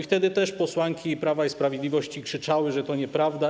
Wtedy też posłanki Prawa i Sprawiedliwości krzyczały, że to nieprawda.